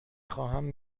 خواهم